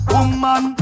Woman